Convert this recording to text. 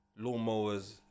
lawnmowers